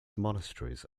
monasteries